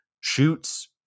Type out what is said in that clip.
shoots